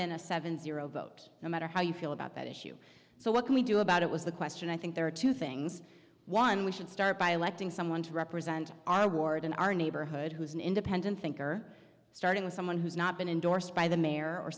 been a seven zero vote no matter how you feel about that issue so what can we do about it was the question i think there are two things one we should start by electing someone to represent our ward in our neighborhood who is an independent thinker starting with someone who's not been endorsed by the mayor or